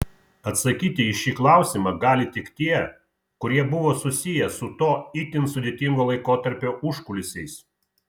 atsakyti į šį klausimą gali tik tie kurie buvo susiję su to itin sudėtingo laikotarpio užkulisiais